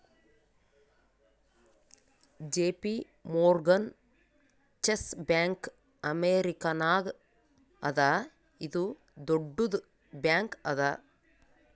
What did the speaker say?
JP Morgan Chase bank ಅಮೇರಿಕಾನಾಗ್ ಅದಾ ಇದು ದೊಡ್ಡುದ್ ಬ್ಯಾಂಕ್ ಅದಾ